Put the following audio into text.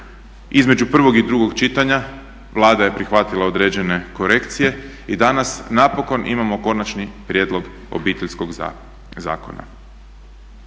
između prvog i drugog čitanja Vlada je prihvatila određene korekcije i danas napokon imamo konačni prijedlog Obiteljskog zakona.